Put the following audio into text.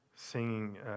Singing